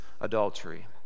adultery